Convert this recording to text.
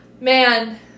Man